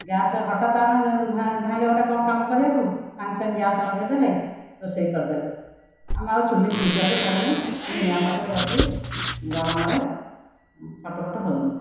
gas ହଠାତ୍ ଆମେ ଧାଇଁଲେ କ'ଣ ଗୋଟିଏ କାମ କରିବାକୁ ସାଙ୍ଗେ ସାଙ୍ଗେ ଗ୍ୟାସ୍ ଲଗାଇଦେଲେ ରୋଷେଇ କରିଦେଲେ ଆମକୁ ଆଉ ଚୁଲି ଫୁଙ୍କିବାକୁ ପଡ଼ୁନାହିଁ କି ନିଆଁ ପାଖରେ ବସି ଗରମରେ ଛଟଫଟ ହେଉନାହୁଁ